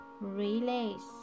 release